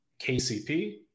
KCP